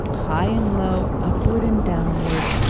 high and low, upward and downward,